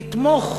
לתמוך